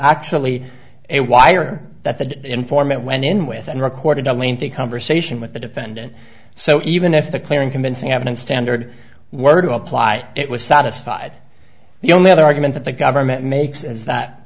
actually a wire that the informant went in with and recorded a lengthy conversation with the defendant so even if the clear and convincing evidence standard were to apply it was satisfied the only other argument that the government makes is